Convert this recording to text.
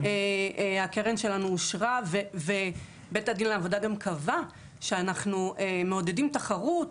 הקרן שלנו אושרה ובית הדין לעבודה גם קבע שאנחנו מעודדים תחרות.